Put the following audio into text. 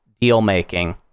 deal-making